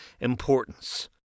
importance